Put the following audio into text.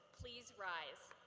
please rise.